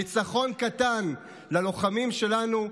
ניצחון קטן ללוחמים שלנו,